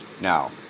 Now